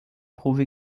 profi